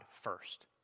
first